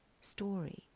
story